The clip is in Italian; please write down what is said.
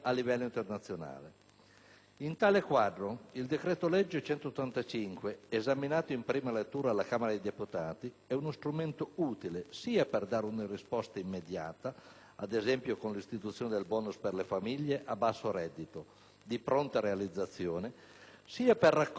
In tale quadro, il decreto-legge n. 185, esaminato in prima lettura dalla Camera dei deputati, è uno strumento utile sia per dare una risposta immediata, ad esempio con l'istituzione del *bonus* per le famiglie a basso reddito di pronta realizzazione, sia per raccogliere le indicazioni,